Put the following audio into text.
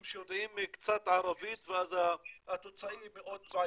שיודעים קצת ערבית ואז התוצאה היא מאוד בעייתית.